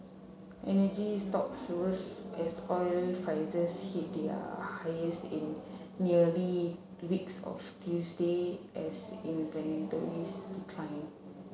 energy stock as oil prices hit their highest in nearly two weeks of Tuesday as inventories declined